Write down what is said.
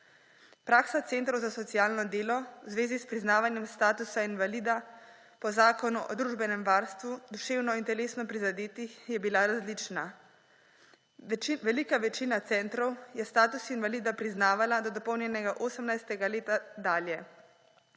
Praksa centrov za socialno delo v zvezi s priznavanjem statusa invalida po Zakonu o družbenem varstvu duševno in telesno prizadetih oseb je bila različna. Velika večina centrov je status invalida priznavala od dopolnjenega 18. leta dalje,